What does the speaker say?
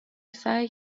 سعی